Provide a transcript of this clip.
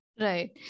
right